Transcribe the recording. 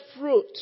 fruit